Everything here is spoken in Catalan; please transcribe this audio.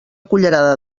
cullerada